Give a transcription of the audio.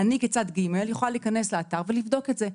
אני כצד ג' יכולה להיכנס לאתר ולבדוק את זה.